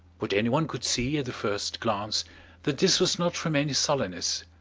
but any one could see at the first glance that this was not from any sullenness.